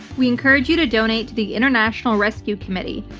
we encourage you to donate to the international rescue committee,